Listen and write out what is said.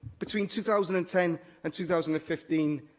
between two thousand and ten and two thousand and fifteen,